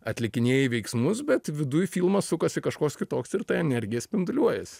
atlikinėji veiksmus bet viduj filmas sukasi kažkoks kitoks ir ta energija spinduliuoja jis